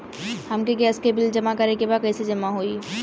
हमके गैस के बिल जमा करे के बा कैसे जमा होई?